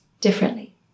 differently